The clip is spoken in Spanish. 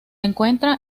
encuentra